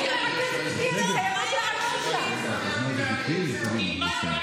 היא מעכבת אותי, אני חייבת לענות לה.